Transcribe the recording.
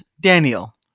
Daniel